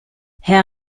herr